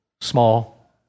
Small